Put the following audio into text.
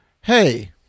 Hey